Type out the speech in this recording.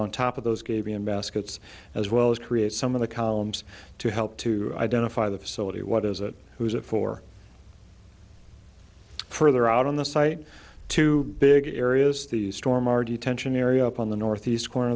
on top of those gave me an baskets as well as create some of the columns to help to identify the facility what is it who's it for further out on the site two big areas the storm our detention area up on the northeast corner